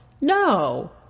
No